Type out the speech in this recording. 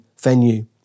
venue